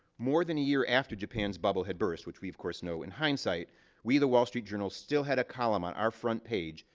more than a year after japan's bubble had burst which we of course know in hindsight we the wall street journal still had a column on our front page,